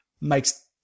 makes